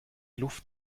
luft